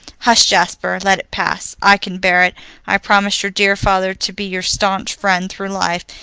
hush, jasper, let it pass. i can bear it i promised your dear father to be your staunch friend through life,